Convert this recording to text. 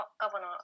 governor